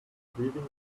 bleeding